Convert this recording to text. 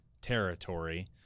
territory